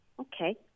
okay